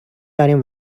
داریم